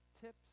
tips